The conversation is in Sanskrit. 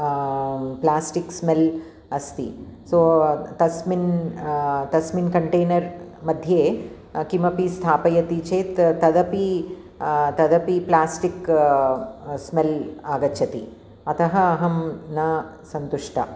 प्लास्टिक् स्मेल् अस्ति सो तस्मिन् तस्मिन् कण्टेनर् मध्ये किमपि स्थापयति चेत् तदपि तदपि प्लास्टिक् स्मेल् आगच्छति अतः अहं न सन्तुष्टा